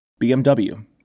BMW